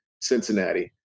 Cincinnati